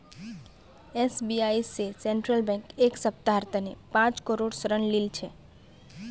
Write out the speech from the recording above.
SBI स Central Bank एक सप्ताहर तने पांच करोड़ ऋण लिल छ